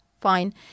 fine